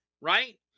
right